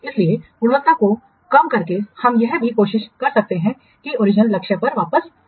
इसलिए गुणवत्ता को कम करके हम यह भी कोशिश कर सकते हैं कि ओरिजिनल लक्ष्य पर वापस जाएं